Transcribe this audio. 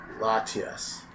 Latias